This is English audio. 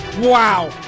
Wow